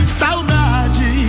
saudade